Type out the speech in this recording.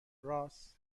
رآس